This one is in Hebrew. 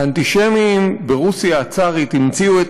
האנטישמים ברוסיה הצארית המציאו את